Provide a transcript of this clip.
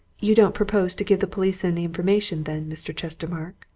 you don't propose to give the police any information, then, mr. chestermarke?